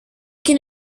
can